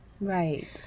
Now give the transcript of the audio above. Right